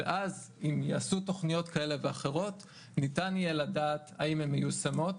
ואז אם יעשו תכניות כאלה ואחרות ניתן יהיה לדעת האם הן מיושמות,